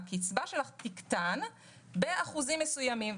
הקצבה שלך תקטן באחוזים מסוימים,